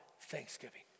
thanksgiving